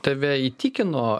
tave įtikino